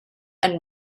and